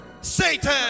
Satan